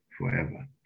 forever